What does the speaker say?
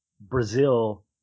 Brazil